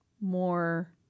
more